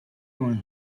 when